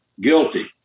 guilty